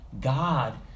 God